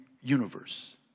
universe